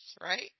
right